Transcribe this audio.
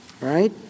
right